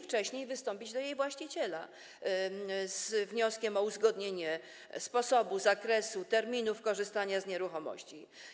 Wcześniej musi wystąpić do jej właściciela z wnioskiem o uzgodnienie sposobu, zakresu i terminu korzystania z nieruchomości.